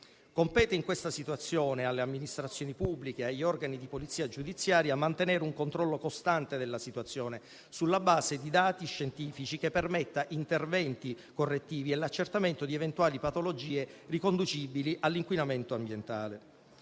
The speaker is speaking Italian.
Compete in questa situazione alle amministrazioni pubbliche e agli organi di polizia giudiziaria mantenere un controllo costante della situazione, sulla base di dati scientifici che permettano interventi correttivi e l'accertamento di eventuali patologie riconducibili all'inquinamento ambientale.